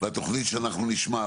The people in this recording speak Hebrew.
והתוכנית שאנחנו נשמע,